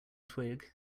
twig